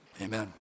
amen